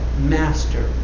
master